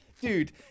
Dude